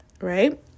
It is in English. right